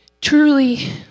truly